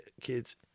kids